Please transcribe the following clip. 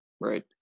Right